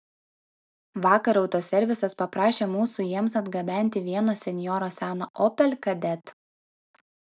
vakar autoservisas paprašė mūsų jiems atgabenti vieno senjoro seną opel kadett